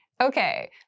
Okay